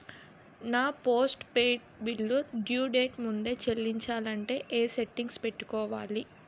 నా postpaid bill due date ముందే చెల్లించాలంటే ఎ సెట్టింగ్స్ పెట్టుకోవాలి?